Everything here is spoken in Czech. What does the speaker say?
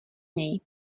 něj